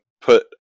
put